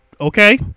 okay